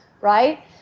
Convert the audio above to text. right